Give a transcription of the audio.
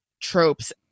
tropes